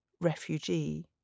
refugee